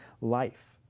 life